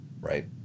right